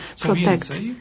protect